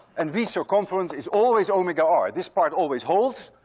and v circumference is always omega r. this part always holds,